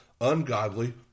ungodly